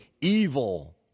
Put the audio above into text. evil